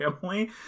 family